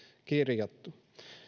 kirjattu